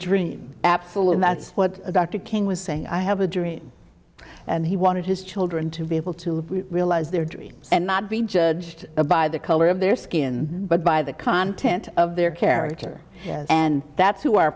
dream absolute that's what dr king was saying i have a dream and he wanted his children to be able to realize their dreams and not be judged by the color of their skin but by the content of their character and that's who our